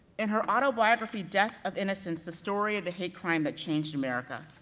in her autobiography, death of innocence, the story of the hate crime that changed america,